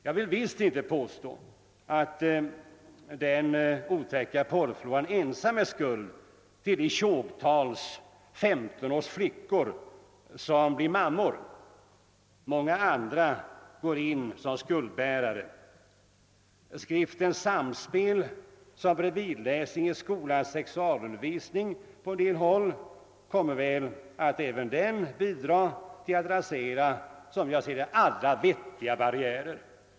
Jag vill visst inte påstå att den otäcka porrfloran ensam är skuld till att tjogtals femtonåriga flickor blir mammor — många andra får dela skuldbördan. Skriften Samspel, som på en del håll bredvidläses i skolornas sexualundervisning, kommer väl även att bidra till att rasera alla vettiga barriärer.